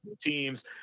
teams